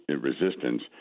resistance